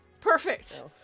Perfect